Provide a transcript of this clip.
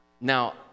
Now